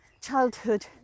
childhood